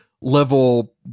level